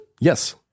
Yes